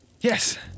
Yes